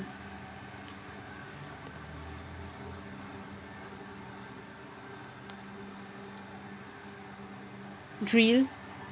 drill